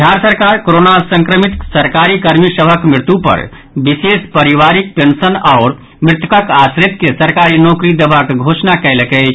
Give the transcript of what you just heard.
बिहार सरकार कोरोना संक्रमित सरकारी कर्मी सभक मृत्यु पर विशेष परिवारीक पेंशन आओर मृतकक आश्रित के सरकारी नोकरी देबाक घोषणा कयलक अछि